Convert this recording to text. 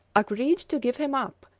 agreed to give him up,